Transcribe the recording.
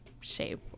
shape